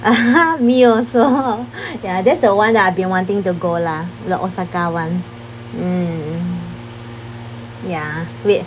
me also ya that's the one that I been wanting to go lah the osaka one mm ya with